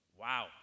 Wow